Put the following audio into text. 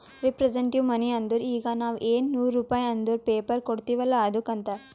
representative money ಅಂದುರ್ ಈಗ ನಾವ್ ಎನ್ ನೂರ್ ರುಪೇ ಅಂದುರ್ ಪೇಪರ್ ಕೊಡ್ತಿವ್ ಅಲ್ಲ ಅದ್ದುಕ್ ಅಂತಾರ್